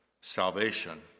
salvation